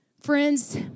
Friends